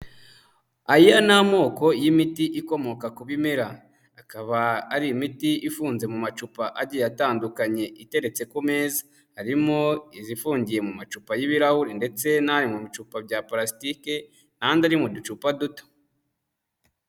Aya ni amoko y'imiti ikomoka ku bimera, akaba ari imiti ifunze mu macupa agiye atandukanye iteretse ku meza harimo izifungiye mu macupa y'ibirahuri, ndetse n'ari mu bicupa bya plasitike n'andi ari mu ducupa duto.